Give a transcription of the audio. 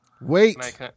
Wait